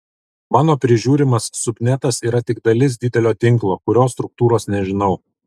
mano prižiūrimas subnetas yra tik dalis didelio tinklo kurio struktūros nežinau